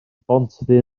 bontddu